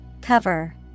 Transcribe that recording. Cover